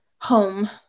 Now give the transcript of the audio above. home